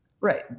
Right